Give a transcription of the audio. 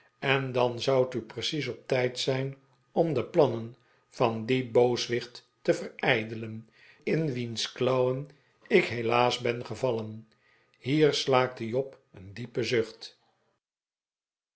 en dan zoudt u precies op tijd zijn om de plannen van dien booswicht te verijdelen in wiens klauwen ik helaas ben gevallen hier slaakte job een diepen zucht